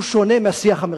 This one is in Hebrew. שהוא שונה מהשיח המרכזי.